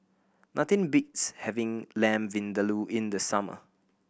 nothing beats having Lamb Vindaloo in the summer